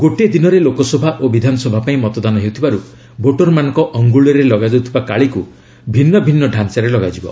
ଗୋଟିଏ ଦିନରେ ଲୋକସଭା ଓ ବିଧାନସଭା ପାଇଁ ମତଦାନ ହେଉଥିବାରୁ ଭୋଟରମାନଙ୍କ ଅଙ୍ଗୁଳିରେ ଲଗାଯାଉଥିବା କାଳିକୁ ଭିନ୍ନ ଭିନ୍ନ ଢାଞ୍ଚାରେ ଲଗାଯିବ